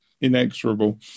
inexorable